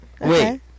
Wait